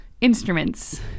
instruments